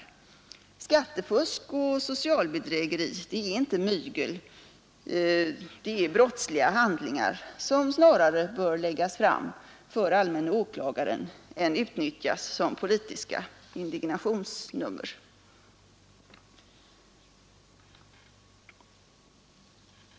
Skattefusk och socialbedrägeri är inte mygel, det är brottsliga handlingar som snarare bör läggas fram för allmän åklagare än utnyttjas i politiska indignationsnummer.